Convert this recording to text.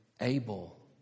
able